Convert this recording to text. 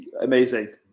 Amazing